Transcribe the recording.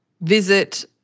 visit